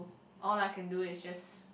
all I can do is just